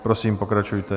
Prosím, pokračujte.